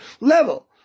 level